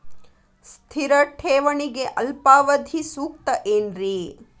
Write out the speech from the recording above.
ಸ್ಥಿರ ಠೇವಣಿಗೆ ಅಲ್ಪಾವಧಿ ಸೂಕ್ತ ಏನ್ರಿ?